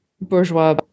bourgeois